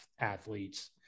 athletes